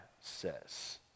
says